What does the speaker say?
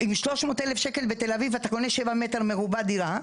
ב-300,000 שקל בתל אביב אתה קונה שבעה מטר מרובע דירה,